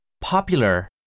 Popular